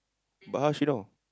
but how she know